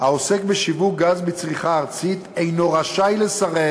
העוסק בשיווק גז בצריכה ארצית אינו רשאי לסרב